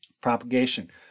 Propagation